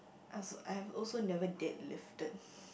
I was I have also never deadlifted